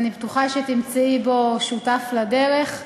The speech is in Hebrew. אני בטוחה שתמצאי בו שותף לדרך,